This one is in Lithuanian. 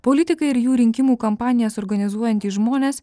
politikai ir jų rinkimų kampanijas organizuojantys žmonės